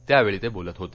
त्यावेळी ते बोलत होते